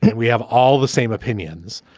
and we have all the same opinions.